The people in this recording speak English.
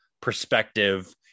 perspective